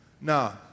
Now